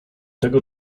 tego